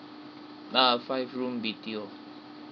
uh five room B_T_O